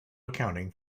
accounting